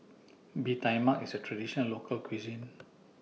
Bee Tai Mak IS A Traditional Local Cuisine